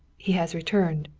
he has returned.